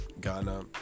ghana